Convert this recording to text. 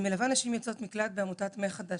אני מלווה נשים יוצאות מקלט בעמותת "מחדש",